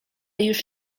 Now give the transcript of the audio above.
już